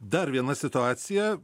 dar viena situacija